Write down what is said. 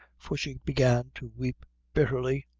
for she began to weep bitterly,